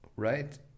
Right